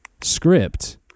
script